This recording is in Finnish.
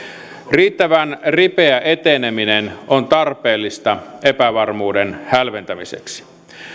riittävän ripeä eteneminen on tarpeellista epävarmuuden hälventämiseksi